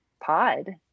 pod